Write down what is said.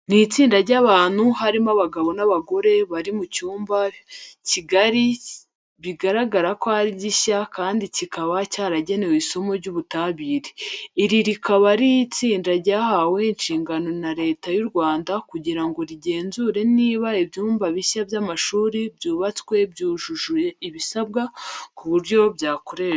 Ni itsinda ry'abantu harimo abagabo n'abagore, bari mu cyumba kigari bigaragara ko ari ginshya kandi kikaba cyaragenewe isomo ry'Ubutabire. Iri rikaba ari itsinda ryahawe inshingano na Leta y'u Rwanda kuguri ngo rigenzure niba ibyumba bishya by'amashuri byubatswe byujuje ibisabwa ku buryo byakoreshwa.